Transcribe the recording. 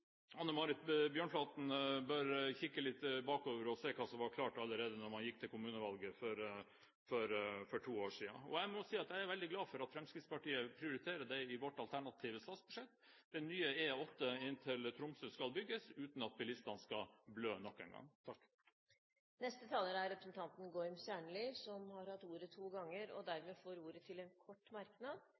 Anne Marit Bjørnflaten bør kikke litt bakover og se hva som var klart allerede da en gikk til kommunevalget for to år siden. Jeg vil si at jeg er glad for at Fremskrittspartiet prioriterer det i sitt alternative statsbudsjett. Den nye E8 inn til Tromsø skal bygges uten at bilistene skal blø nok en gang. Gorm Kjernli har hatt ordet to ganger tidligere og får ordet til en kort merknad,